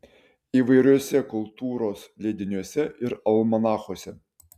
įvairiuose kultūros leidiniuose ir almanachuose